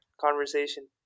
conversation